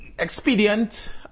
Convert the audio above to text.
Expedient